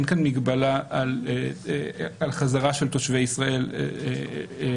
אין כאן מגבלה על חזרה של תושבי ישראל למדינה,